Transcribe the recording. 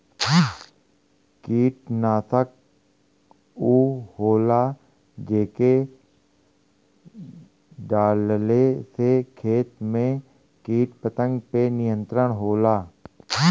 कीटनाशक उ होला जेके डलले से खेत में कीट पतंगा पे नियंत्रण होला